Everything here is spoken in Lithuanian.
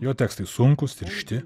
jo tekstai sunkūs tiršti